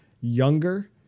younger